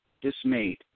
dismayed